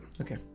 okay